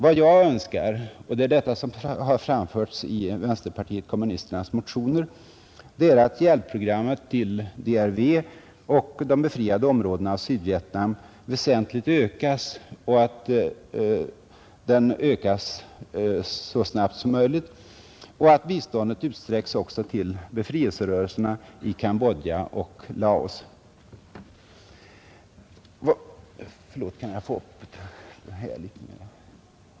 Vad vi önskar — detta har framförts i vänsterpartiet kommunisternas motioner — är att hjälpprogrammet till DRV och de befriade områdena av Sydvietnam bör väsentligt utökas så snart som möjligt och att biståndet bör utsträckas också till befrielserörelserna i Cambodja och Laos.